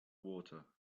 water